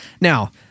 now